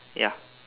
ya